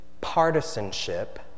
partisanship